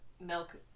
milk